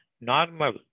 normal